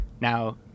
now